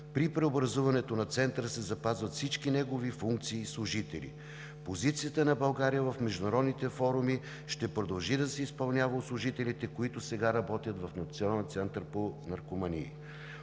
При преобразуването на Центъра се запазват всички негови функции и служители. Позицията на България в международните форуми ще продължи да се изпълнява от служителите, които сега работят в Националния център по наркомании.